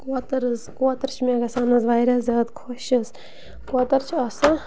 کوتَر حظ کوتَر چھِ مےٚ گَژھان حظ واریاہ زیادٕ خۄش حظ کوتَر چھِ آسان